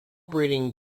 breeding